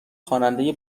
خواننده